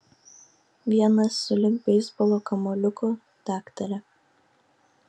vienas sulig beisbolo kamuoliuku daktare